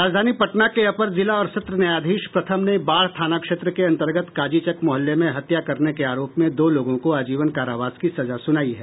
राजधानी पटना के अपर जिला और सत्र न्यायाधीश प्रथम ने बाढ़ थाना क्षेत्र के अंतर्गत काजीचक मोहल्ले में हत्या करने के आरोप में दो लोगों को आजीवन कारावास की सजा सुनायी है